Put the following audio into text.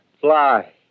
fly